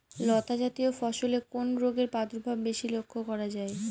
লতাজাতীয় ফসলে কোন রোগের প্রাদুর্ভাব বেশি লক্ষ্য করা যায়?